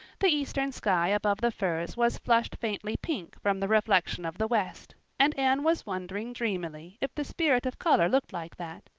the eastern sky above the firs was flushed faintly pink from the reflection of the west, and anne was wondering dreamily if the spirit of color looked like that,